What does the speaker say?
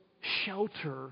shelter